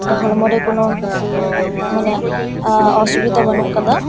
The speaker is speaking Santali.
ᱦᱚᱲᱢᱚ ᱨᱮ ᱠᱚᱱᱚ ᱢᱟᱱᱮ ᱚᱥᱩᱵᱤᱫᱷᱟ ᱵᱟᱹᱱᱩᱜ ᱟᱠᱟᱫᱟ